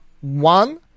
one